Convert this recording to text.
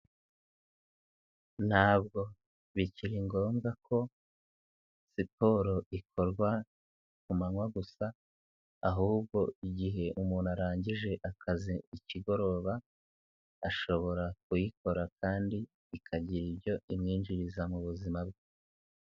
Ntabwo bikiri ngombwa ko siporo ikorwa ku manywa gusa ahubwo igihe umuntu arangije akazi ikigoroba ashobora kuyikora kandi ikagira ibyo imwinjiriza mu buzima bwe.